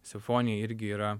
simfonija irgi yra